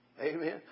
Amen